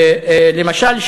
למשל,